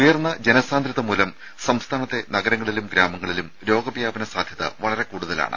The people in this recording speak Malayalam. ഉയർന്ന ജനസാന്ദ്രതമൂലം സംസ്ഥാനത്തെ നഗരങ്ങളിലും ഗ്രാമങ്ങളിലും രോഗവ്യാപന സാധ്യത വളരെ കൂടുതലാണ്